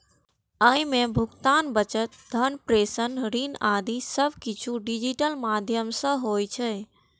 अय मे भुगतान, बचत, धन प्रेषण, ऋण आदि सब किछु डिजिटल माध्यम सं होइ छै